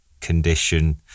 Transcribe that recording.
condition